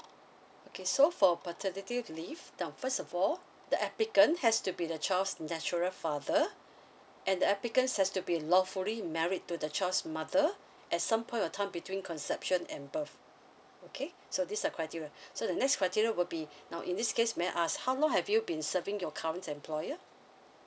okay so for paternity leave now first of all the applicant has to be the child's natural father and the applicant has to be lawfully married to the child's mother at some point of time between conception and birth okay so these are criteria so the next criteria would be now in this case may I ask how long have you been serving your current employer